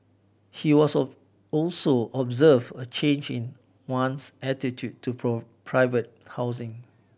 he also observed a change in one's attitude to private housing